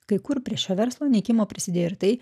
kai kur prie šio verslo nykimo prisidėjo ir tai